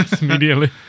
immediately